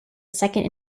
second